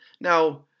Now